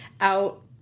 out